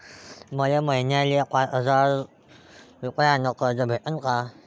मले महिन्याले पाच हजार रुपयानं कर्ज भेटन का?